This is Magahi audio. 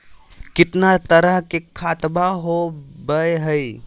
कितना तरह के खातवा होव हई?